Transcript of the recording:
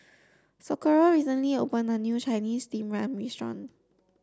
Socorro recently opened a new Chinese steamed yam restaurant